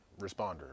responder